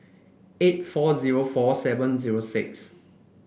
eight four zero four seven zero six